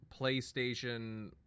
PlayStation